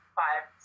five